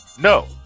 No